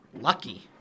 Lucky